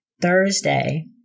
Thursday